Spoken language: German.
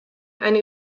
eine